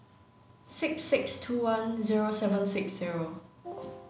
six six two one zero seven six zero